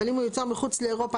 אבל אם הוא יוצר מחוץ לאירופה,